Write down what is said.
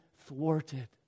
thwarted